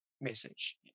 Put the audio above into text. message